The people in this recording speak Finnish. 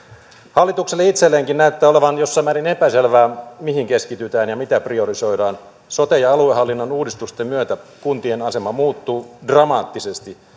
hallitukselle itselleenkin näyttää olevan jossain määrin epäselvää mihin keskitytään ja mitä priorisoidaan sote ja aluehallinnon uudistusten myötä kuntien asema muuttuu dramaattisesti